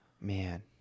Man